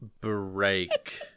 Break